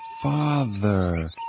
Father